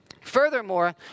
Furthermore